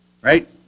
right